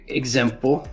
example